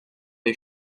les